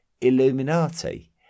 illuminati